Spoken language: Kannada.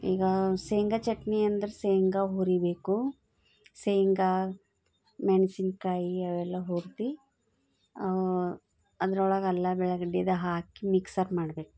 ಈಗ ಶೇಂಗ ಚಟ್ನಿ ಅಂದರೆ ಶೇಂಗ ಹುರಿಬೇಕು ಶೇಂಗ ಮೆಣಸಿನ್ಕಾಯಿ ಅವೆಲ್ಲ ಹುರ್ದು ಅದ್ರೊಳಗೆ ಅಲ್ಲಾ ಬೆಳಗಡ್ಡಿದು ಹಾಕಿ ಮಿಕ್ಸರ್ ಮಾಡ್ಬೇಕು